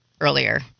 earlier